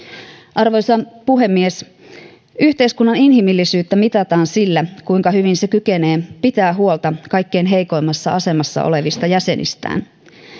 arvoisa puhemies yhteiskunnan inhimillisyyttä mitataan sillä kuinka hyvin se kykenee pitämään huolta kaikkein heikoimmassa asemassa olevista jäsenistään